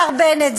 השר בנט,